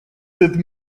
sept